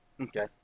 Okay